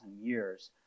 years